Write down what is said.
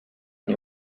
nie